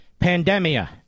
pandemia